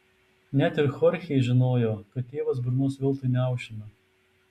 net ir chorchė žinojo kad tėvas burnos veltui neaušina